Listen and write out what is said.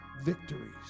victories